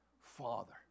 Father